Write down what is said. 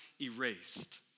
erased